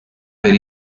per